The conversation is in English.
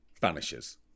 vanishes